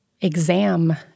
exam